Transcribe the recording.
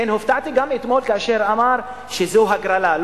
לכן הופתעתי אתמול כאשר השר אמר שזו הגרלה.